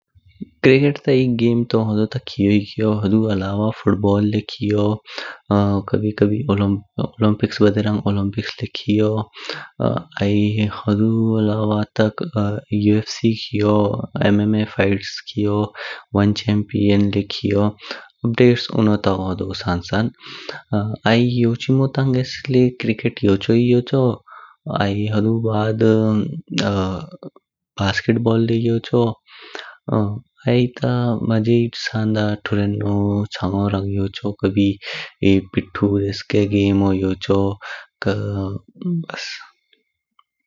क्रिकेट ता एध गेम तु होडू ता खियो ही खियो हुदु अलावा फुटबॉल लय खियो कभी कभी ओलंपिक्स बदेरंग ओलंपिक्स लय खियो। आइ हुदु अलावा ता यूएफसी खियो। एमएमए फाइट्स खियो, वन कम्पियन लय खियो। बेड्स उन्नो ताओ सन सन। आइ योचिमो तंगेस लय क्रिकेट योचोहि योचो आइ हुदु बाद बास्किट बाल लय योचो। आइ ता हे हिबसाँ दा टुरेनो, चाइओन रंग योचो कभी पीटु दिसके गेमो योचो बस।